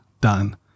done